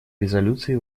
резолюции